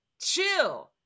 chill